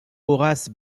horace